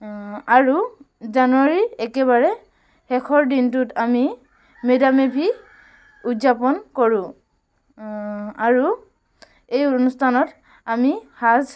আৰু জানুৱাৰীৰ একেবাৰে শেষৰ দিনটোত আমি মেডাম মে' ফি উদযাপন কৰোঁ আৰু এই অনুষ্ঠানত আমি সাজ